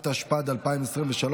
התשפ"ד 2023,